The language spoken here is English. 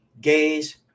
gays